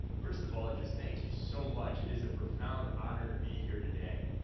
first of all, just thank you so much. it is a profound honor to be here today.